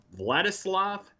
Vladislav